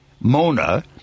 Mona